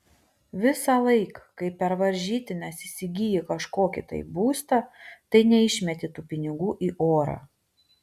visąlaik kai per varžytines įsigyji kažkokį tai būstą tai neišmeti tų pinigų į orą